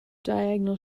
diagonal